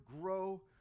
grow